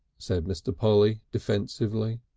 said mr. polly defensively.